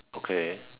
okay